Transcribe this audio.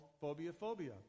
phobia-phobia